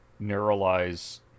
neuralize